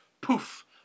poof